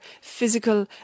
physical